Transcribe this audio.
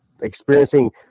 experiencing